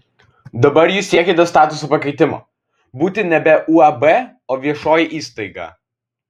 dabar jūs siekiate statuso pakeitimo būti nebe uab o viešoji įstaiga